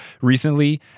recently